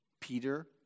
Peter